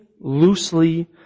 loosely